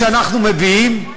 שאנחנו מביאים,